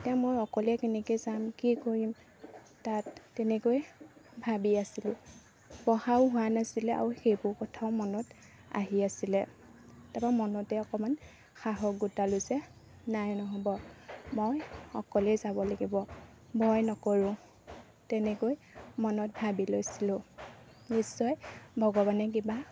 এতিয়া মই অকলে কেনেকৈ যাম কি কৰিম তাত তেনেকৈ ভাবি আছিলো পঢ়াও হোৱা নাছিলে আৰু সেইবোৰ কথাও মনত আহি আছিলে তাৰপা মনতে অকণমান সাহস গোটালো যে নাই নহ'ব মই অকলে যাব লাগিব ভয় নকৰোঁ তেনেকৈ মনত ভাবি লৈছিলোঁ নিশ্চয় ভগৱানে কিবা